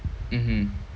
mmhmm